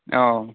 औ